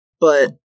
but-